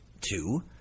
two